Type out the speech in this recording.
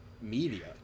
media